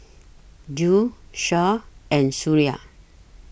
Zul Shah and Suria